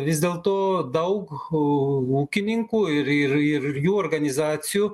vis dėl to daug ūkininkų ir ir ir jų organizacijų